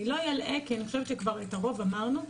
אני לא אלאה כי אני חושבת שאת הרוב אמרנו,